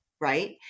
right